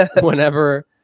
whenever